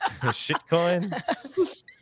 Shitcoin